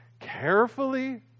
carefully